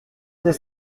des